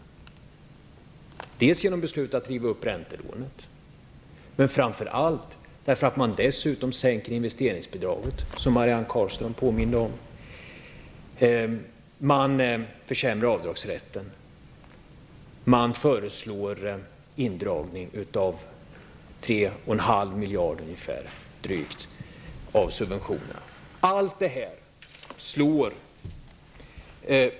Det gör man dels genom beslutet om räntelån, dels -- och framför allt -- genom att sänka investeringsbidraget. Marianne Carlström påminde om detta. Man försämrar avdragsrätten. Man föreslår en indragning -- det rör sig om drygt 3,5 miljarder -- beträffande subventionerna.